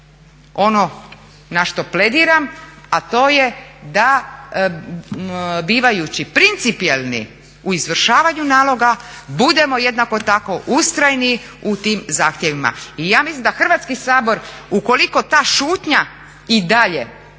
ono na što plediram a to je da bivajući principijelni u izvršavanju naloga budemo jednako tako ustrajni u tim zahtjevima. I ja mislim da Hrvatski sabor ukoliko ta šutnja i dalje